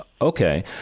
Okay